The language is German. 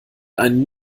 einen